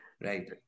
Right